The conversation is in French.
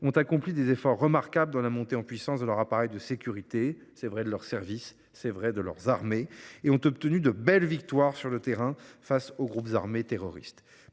ont accompli des efforts remarquables dans la montée en puissance de leur appareil de sécurité ; c’est vrai tant pour leurs services de sécurité que pour leur armée. Ces pays ont obtenu de belles victoires sur le terrain face aux groupes armés terroristes.